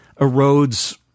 erodes